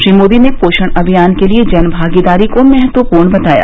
श्री मोदी ने पोषण अभियान के लिए जनभागीदारी को महत्वपूर्ण बताया